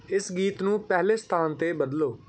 ਇਸ ਗੀਤ ਨੂੰ ਪਹਿਲੇ ਸਥਾਨ 'ਤੇ ਬਦਲੋ